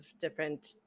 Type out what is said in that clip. different